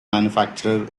manufacturer